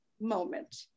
moment